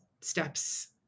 steps